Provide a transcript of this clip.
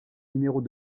numéros